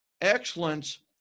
Excellence